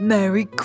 Merry